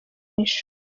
ishuri